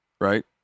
right